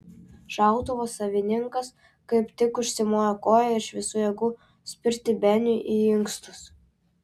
šautuvo savininkas kaip tik užsimojo koja iš visų jėgų spirti beniui į inkstus